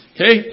Okay